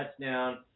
touchdown